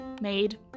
made